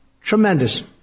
Tremendous